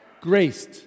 graced